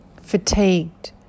fatigued